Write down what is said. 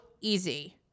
easy